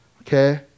Okay